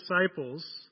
disciples